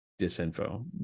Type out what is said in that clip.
disinfo